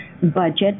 budget